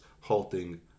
halting